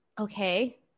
Okay